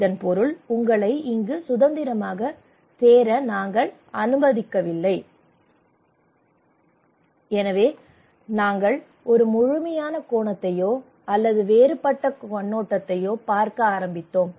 இதன் பொருள் உங்களை இங்கு சுதந்திரமாக சேர நாங்கள் அனுமதிக்கவில்லை எனவே நாங்கள் ஒரு முழுமையான கோணத்தையோ அல்லது வேறுபட்ட கண்ணோட்டத்தையோ பார்க்க ஆரம்பித்தோம்